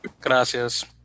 Gracias